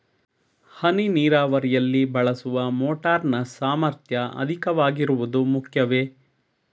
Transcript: ಹನಿ ನೀರಾವರಿಯಲ್ಲಿ ಬಳಸುವ ಮೋಟಾರ್ ನ ಸಾಮರ್ಥ್ಯ ಅಧಿಕವಾಗಿರುವುದು ಮುಖ್ಯವೇ?